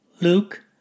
Luke